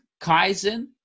kaizen